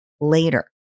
later